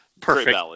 Perfect